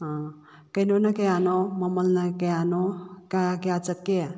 ꯑꯥ ꯀꯩꯅꯣꯅ ꯀꯌꯥꯅꯣ ꯃꯃꯜꯅ ꯀꯌꯥꯅꯣ ꯀꯌꯥ ꯀꯌꯥ ꯆꯠꯀꯦ